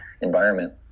environment